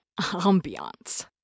ambiance